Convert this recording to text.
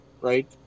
right